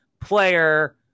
player